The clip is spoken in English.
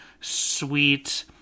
sweet